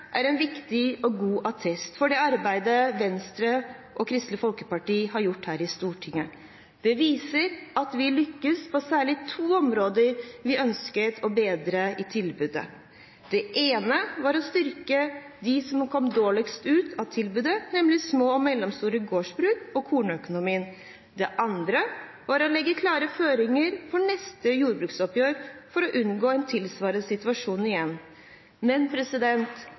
er en viktig og god attest for det arbeidet Venstre og Kristelig Folkeparti har gjort her i Stortinget. Det viser at vi lyktes på særlig to områder der vi ønsket å bedre tilbudet. Det ene var å styrke dem som kom dårligst ut av tilbudet, nemlig små og mellomstore gårdsbruk og kornøkonomien. Det andre var å legge klare føringer for neste jordbruksoppgjør for å unngå en tilsvarende situasjon igjen. Men